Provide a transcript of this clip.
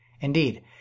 Indeed